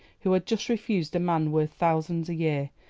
who had just refused a man worth thousands a year,